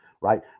right